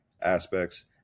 aspects